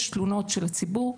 יש תלונות ציבור,